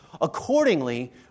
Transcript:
...accordingly